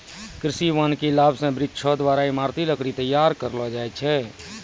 कृषि वानिकी लाभ से वृक्षो द्वारा ईमारती लकड़ी तैयार करलो जाय छै